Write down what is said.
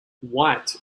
white